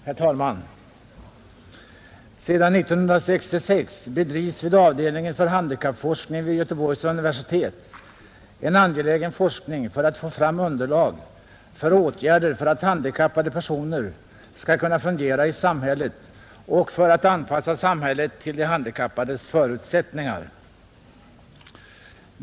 Herr talman! Sedan år 1966 bedrivs vid avdelningen för handikappforskning vid Göteborgs universitet en angelägen forskning för att få fram underlag för åtgärder för att handikappade personer skall kunna fungera i samhället och för att anpassa samhället till de handikappades förutsättningar.